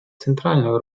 центральную